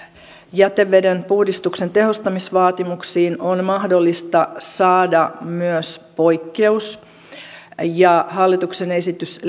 jätevedenpuhdistuksen tehostamisvaatimuksiin on mahdollista saada myös poikkeus ja hallituksen esitys